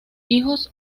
hijos